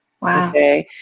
Wow